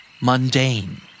Mundane